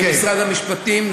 למשרד המשפטים,